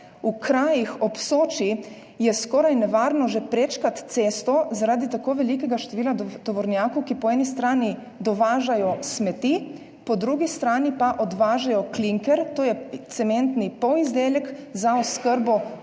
v krajih ob Soči je skoraj nevarno že prečkati cesto zaradi tako velikega števila tovornjakov, ki po eni strani dovažajo smeti, po drugi strani pa odvažajo klinker, to je cementni polizdelek za oskrbo